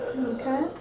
Okay